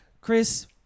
Chris